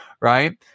Right